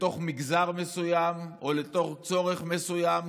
לתוך מגזר מסוים או לתוך צורך מסוים,